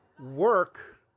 work